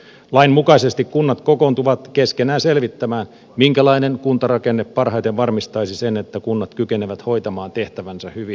lain mukaisesti kunnat kokoontuvat keskenään selvittämään minkälainen kuntarakenne parhaiten varmistaisi sen että kunnat kykenevät hoitamaan tehtävänsä hyvin